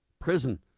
prison